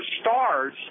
stars